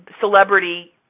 celebrity